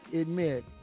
admit